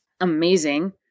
amazing